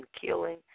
killing